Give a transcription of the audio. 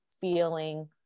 feeling